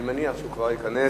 אני מניח שהוא כבר ייכנס.